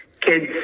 kids